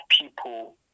people